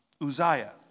Uzziah